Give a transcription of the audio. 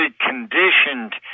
conditioned